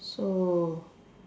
so